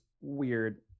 weird